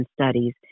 Studies